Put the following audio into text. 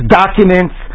documents